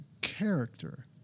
character